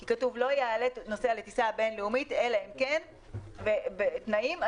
כי כתוב לא יעלה נוסע לטיסה בין לאומית אלא אם כן בתנאים האלה.